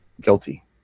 Guilty